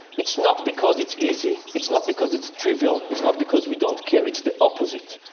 it's not because it's easy. it's not because it's trivial. it's not because we don't care. it's the opposite.